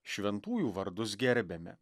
šventųjų vardus gerbiame